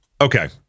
Okay